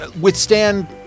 withstand